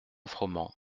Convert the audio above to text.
froment